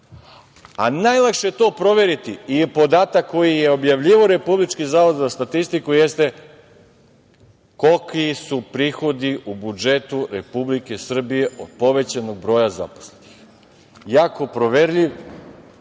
Najlakše je to proveriti sa podatkom koji je objavljivao Republički zavod za statistiku – koliki su prihodi u budžetu Republike Srbije od povećanog broja zaposlenih – lako proverljiv,